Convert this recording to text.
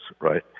right